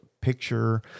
picture